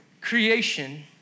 creation